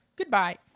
Goodbye